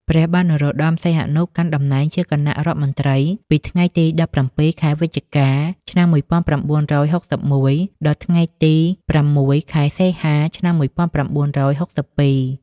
ព្រះបាទនរោត្តម សីហនុ កាន់តំណែងជាគណៈរដ្ឋមន្ត្រីពីថ្ងៃទី១៧ ខែវិច្ឆិកា ឆ្នាំ១៩៦១ ដល់ថ្ងៃទី ៦ ខែសីហា ឆ្នាំ១៩៦២។